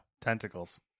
Tentacles